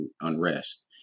unrest